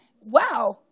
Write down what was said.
wow